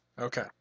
Okay